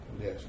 Yes